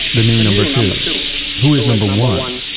the new number two um two who is number one?